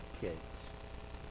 kids